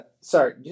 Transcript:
Sorry